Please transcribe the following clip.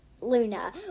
Luna